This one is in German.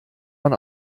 man